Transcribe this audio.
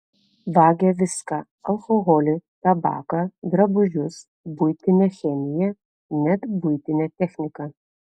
vagia viską alkoholį tabaką drabužius buitinę chemiją net buitinę techniką